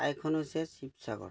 ঠাইখন হৈছে শিৱসাগৰ